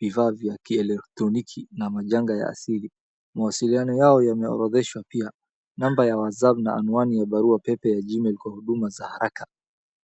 vifaa za kielectroniki na majanga ya asili. Mawasiliano yao yameorodheshwa pia namba ya Whatsapp na anwani ya barua pepe ya gmail kwa huduma za haraka.